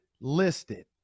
listed